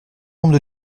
nombre